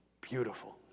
beautiful